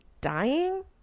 dying